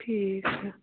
ٹھیٖک چھُ